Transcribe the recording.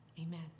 Amen